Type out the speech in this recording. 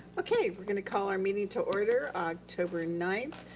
okay, we're gonna call our meeting to order, october ninth,